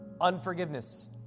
Unforgiveness